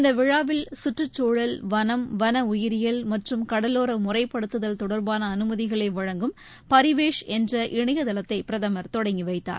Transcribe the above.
இந்த விழாவில் சுற்றுச்சூழல் வனம் வன உயிரியல் மற்றும் கடலோர முறைப்படுத்துதல் தொடர்பாள அனுமதிகளை வழங்கும் பரிவேஷ் என்ற இணையதளத்தை பிரதமர் தொடங்கிவைத்தார்